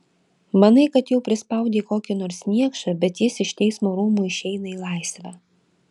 manai kad jau prispaudei kokį nors niekšą bet jis iš teismo rūmų išeina į laisvę